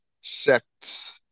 sects